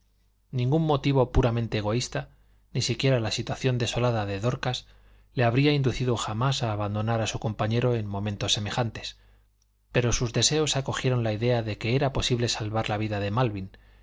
ningún motivo puramente egoísta ni siquiera la situación desolada de dorcas le habría inducido jamás a abandonar a su compañero en momentos semejantes pero sus deseos acogieron la idea de que era posible salvar la vida de malvin